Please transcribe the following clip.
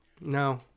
No